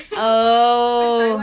oh